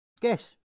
Guess